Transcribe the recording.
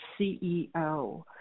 CEO